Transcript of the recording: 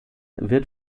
wird